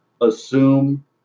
Assume